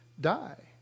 die